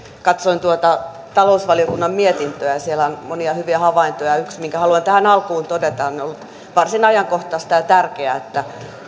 katsoin tuota talousvaliokunnan mietintöä ja siellä on monia hyviä havaintoja yksi minkä haluan tähän alkuun todeta on ollut varsin ajankohtaista ja tärkeää että